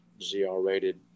ZR-rated